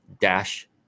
dash